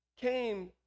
came